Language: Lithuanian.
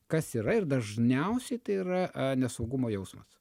kas yra ir dažniausiai tai yra nesaugumo jausmas